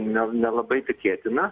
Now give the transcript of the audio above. ne nelabai tikėtina